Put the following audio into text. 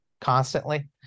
constantly